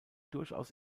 durchaus